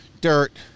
dirt